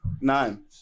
Nine